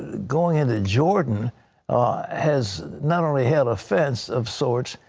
going into jordan has not only had a fence of sort,